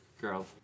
girl